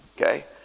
Okay